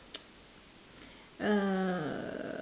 uh